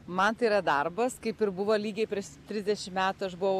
man tai yra darbas kaip ir buvo lygiai prieš trisdešim metų aš buvau